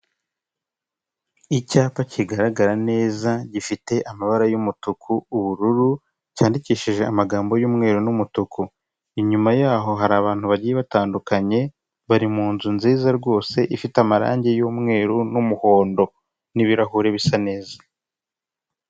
Icyapa kigaragara neza, gifite amabara y'umutuku, ubururu, cyandikishije amagambo y'umweru n'umutuku. Inyuma yaho hari abantu bagiye batandukanye, bari mu nzu nziza rwose, ifite amarangi y'umweru n'umuhondo. N'ibirahure bisa neza.